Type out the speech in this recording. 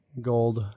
gold